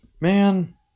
Man